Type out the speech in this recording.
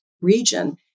region